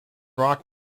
rock